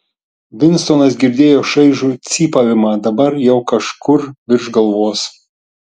vinstonas girdėjo šaižų cypavimą dabar jau kažkur virš galvos